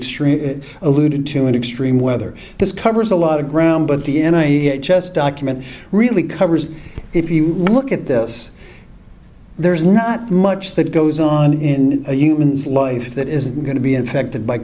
extreme alluded to in extreme weather this covers a lot of ground but the n h s document really covers if you look at this there's not much that goes on in a humans life that is going to be affected by